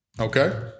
Okay